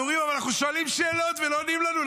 ואומרים: אבל אנחנו שואלים שאלות ולא עונים לנו,